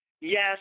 Yes